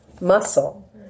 muscle